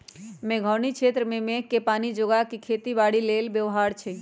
मेघोउनी क्षेत्र में मेघके पानी जोगा कऽ खेती बाड़ी लेल व्यव्हार छै